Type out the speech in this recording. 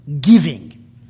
giving